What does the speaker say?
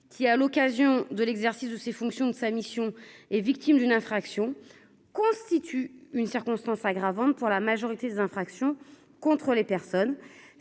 qui, à l'occasion de l'exercice de ses fonctions de sa mission est victime d'une infraction constitue une circonstance aggravante pour la majorité des infractions contre les personnes,